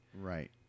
right